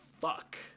Fuck